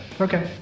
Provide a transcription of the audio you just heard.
okay